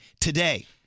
today